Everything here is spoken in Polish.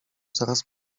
coraz